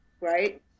right